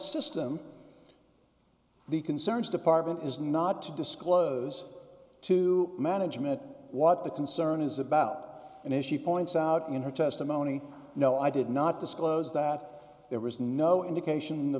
system the concerns department is not to disclose to management what the concern is about an issue points out in her testimony no i did not disclose that there was no indication